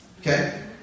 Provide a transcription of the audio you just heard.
Okay